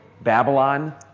Babylon